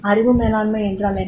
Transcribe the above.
அறிவு மேலாண்மை என்றால் என்ன